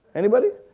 anybody?